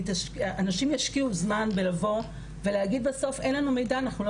אנשים ישקיעו זמן בלבוא ולהגיד בסוף "אין לנו מידע אנחנו לא